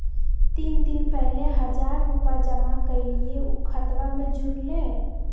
तीन दिन पहले हजार रूपा जमा कैलिये, ऊ खतबा में जुरले?